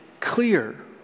clear